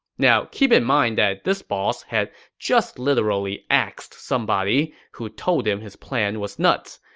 now, keep in mind that this boss had just literally axed somebody who told him his plan was nuts,